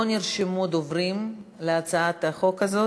לא נרשמו דוברים בהצעת החוק הזאת,